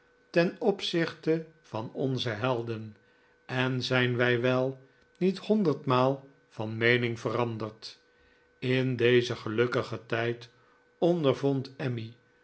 ten opzichte van onze helden en zijn wij wel niet honderdmaal van meening veranderd in dezen gelukkigen tijd ondervond emmy